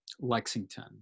Lexington